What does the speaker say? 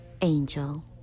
angel